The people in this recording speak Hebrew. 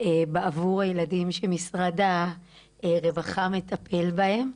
בעבור הילדים שמשרד הרווחה מטפל בהם.